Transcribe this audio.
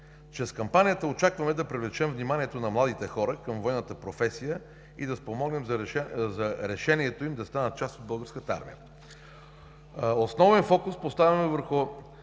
Чрез кампанията очакваме да привлечем вниманието на младите хора към военната професия и да спомогнем за решението им да станат част от българската армия. Основният фокус е поставен върху: